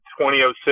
2006